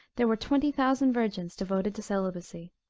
there were twenty thousand virgins devoted to celibacy.